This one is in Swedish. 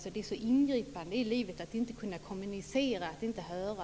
Det är ett stort ingrepp i livet att inte kunna kommunicera längre och att inte höra.